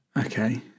Okay